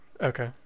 Okay